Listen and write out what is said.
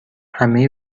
همه